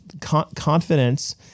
confidence